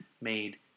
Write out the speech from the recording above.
made